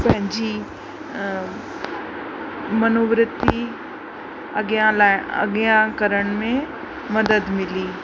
पंहिंजी मनोवृत्ति अॻियां लाइ अॻियां करण में मदद मिली